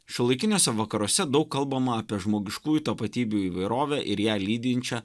šiuolaikiniuose vakaruose daug kalbama apie žmogiškųjų tapatybių įvairovę ir ją lydinčią